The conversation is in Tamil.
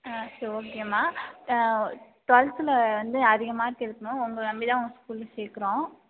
சரி ஓகேம்மா ட்டுவல்த்தில் வந்து அதிக மார்க் எடுக்கணும் உங்கள நம்பி தான் உங்க ஸ்கூலில் சேர்க்குறோம்